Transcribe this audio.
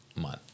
month